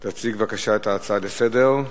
תציג את ההצעה לסדר-היום.